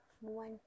one